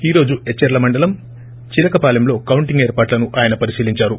ఈ రోజు ఎచ్చెర్ల మండలం చిలకపాలెంలో కొంటింగ్ ఏర్పాట్లను ఆయన పరిశిలిందారు